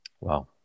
Wow